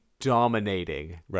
dominating